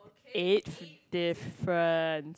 age different